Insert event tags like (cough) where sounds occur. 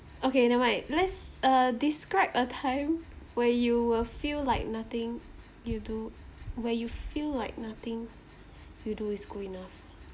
okay never mind let's uh describe a time where you will feel like nothing you do where you feel like nothing (breath) you do is good enough (noise)